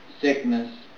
sickness